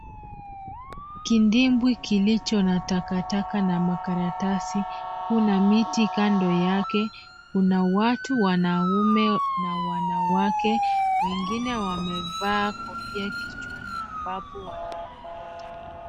Kidimbwi kilicho na takataka na makaratasi, kuna miti kando yake, kuna watu wanaume na wanawake wengine wamevaa kofia kichwani ambapo wanarokota .